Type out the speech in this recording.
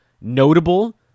notable